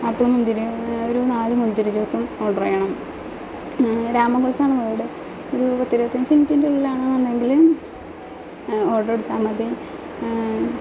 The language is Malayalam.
ആപ്പിളും മുന്തിരിയും ഒരു നാലു മുന്തിരി ജൂസും ഓഡർ ചെയ്യണം രാമങ്കുളത്താണ് വീട് ഒരു പത്ത് ഇരുപത്തി അഞ്ച് മിനിറ്റുകൾക്കുള്ളിൽ ആണെന്നുണ്ടെങ്കിൽ ഓഡർ എടുത്താൽ മതി